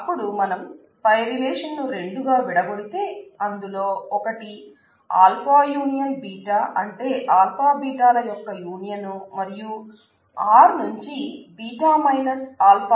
అప్పుడు మనం పై రిలేషన్ను రెండుగా విడగొడితే అందులో ఒకటి α U β అంటే α β ల యొక్క యూనియన్ మరియు R నుంచి β α చేయటం